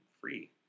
free